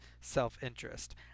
self-interest